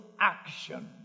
action